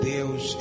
Deus